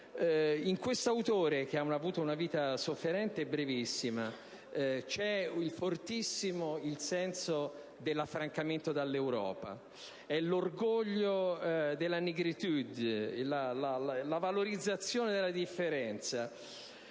In questo autore, che ha avuto una vita sofferente e brevissima, c'è fortissimo il senso dell'affrancamento dall'Europa: è l'orgoglio della *négritude*, la valorizzazione della differenza.